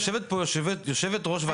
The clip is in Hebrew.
יושבת פה יושבת ראש ועדת הבריאות.